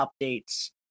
updates